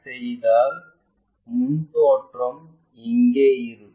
மற்றும் அதன் முன் தோற்றம் 55 டிகிரி யை உருவாக்கும்